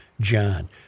John